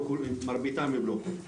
מרביתם אם לא כולם.